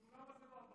ולמה זה לא עבר?